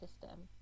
system